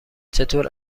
چطور